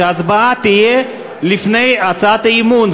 שההצבעה תהיה לפני הצעת האי-אמון.